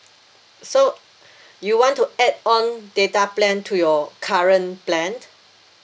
so you want to add on data plan to your current plan